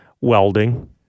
Welding